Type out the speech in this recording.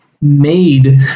made